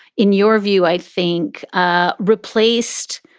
in your view, i think ah replaced.